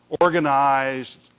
organized